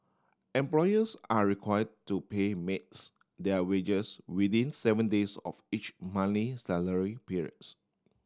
employers are require to pay maids their wages within seven days of each monthly salary periods